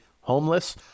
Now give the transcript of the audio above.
homeless